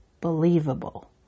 believable